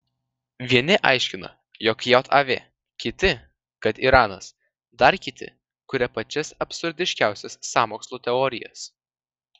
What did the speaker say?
vieni aiškina jog jav kiti kad iranas dar kiti kuria pačias absurdiškiausias sąmokslų teorijas